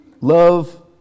love